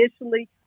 initially